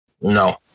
No